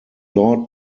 lord